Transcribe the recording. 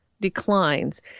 declines